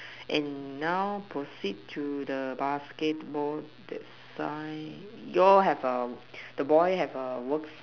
and now proceed to the basketball sign you all have a the boy have a